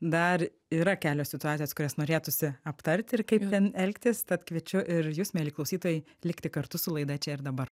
dar yra kelios situacijos kurias norėtųsi aptarti ir kaip ten elgtis tad kviečiu ir jus mieli klausytojai likti kartu su laida čia ir dabar